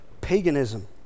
paganism